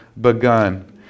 begun